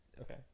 Okay